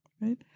right